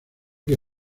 que